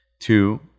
Two